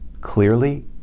clearly